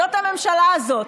זאת הממשלה הזאת.